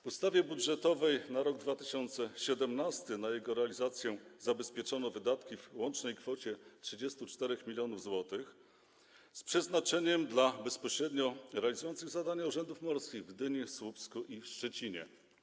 W ustawie budżetowej na rok 2017 na jego realizację zabezpieczono wydatki w łącznej kwocie 34 mln zł z przeznaczeniem dla bezpośrednio realizujących zadania Urzędów Morskich: w Gdyni, Słupsku i Szczecinie.